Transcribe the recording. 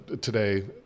Today